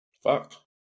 Fuck